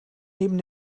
neben